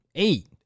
Eight